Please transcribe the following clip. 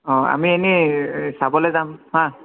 অ আমি এনেই চাবলৈ যাম হা